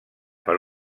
per